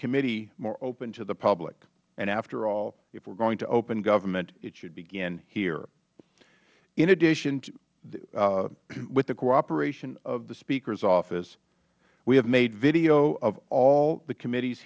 committee more open to the public and after all if we are going to open government it should begin here in addition with the cooperation of the speaker's office we have made video of all the committees